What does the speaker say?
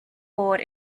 board